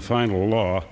the final law